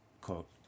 quote